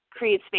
CreateSpace